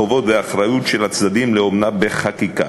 החובות והאחריות של הצדדים לאומנה בחקיקה.